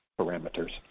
parameters